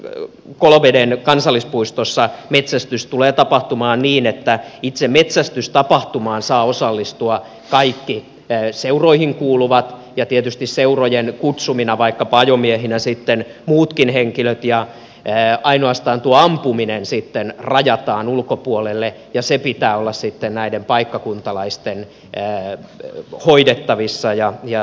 nythän koloveden kansallispuistossa metsästys tulee tapahtumaan niin että itse metsästystapahtumaan saavat osallistua kaikki seuroihin kuuluvat ja tietysti seurojen kutsumina vaikkapa ajomiehinä sitten muutkin henkilöt ja ainoastaan tuo ampuminen sitten rajataan ulkopuolelle ja sen pitää olla sitten näiden paikkakuntalaisten hoidettavissa